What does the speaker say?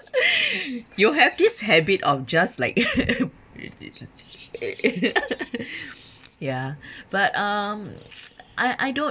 you have this habit of just like you ya but um I I don't